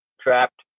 trapped